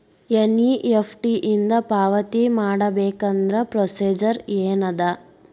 NEFT ಇಂದ ಪಾವತಿ ಮಾಡಬೇಕಂದ್ರ ಪ್ರೊಸೇಜರ್ ಏನದ